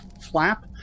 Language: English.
flap